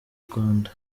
rwanda